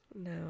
no